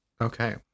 Okay